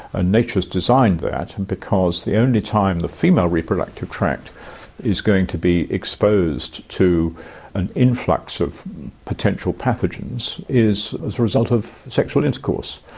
ah nature has designed that because the only time the female reproductive tract is going to be exposed to an influx of potential pathogens is as a result of sexual intercourse.